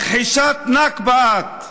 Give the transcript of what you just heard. מכחישת נכבה את.